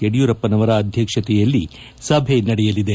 ಯಡಿಯೂರಪ್ಪನವರ ಅಧ್ಯಕ್ಷತೆಯಲ್ಲಿ ಸಭೆ ನಡೆಯಲಿದೆ